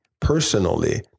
personally